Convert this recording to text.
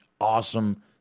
awesome